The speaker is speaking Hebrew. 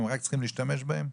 רק צריכים להשתמש בהם?